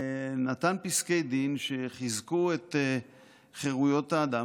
נתן פסקי דין שחיזקו את חירויות האדם